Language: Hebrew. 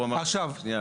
שנייה,